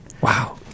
wow